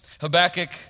Habakkuk